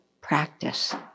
practice